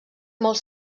molt